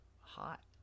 Hot